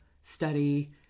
study